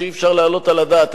שאי-אפשר להעלות על הדעת,